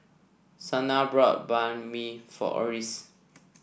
Shana bought Banh Mi for Oris